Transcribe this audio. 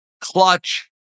clutch